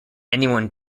anyone